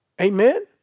Amen